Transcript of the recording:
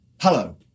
Hello